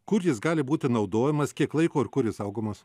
kur jis gali būti naudojamas kiek laiko ir kur jis saugomas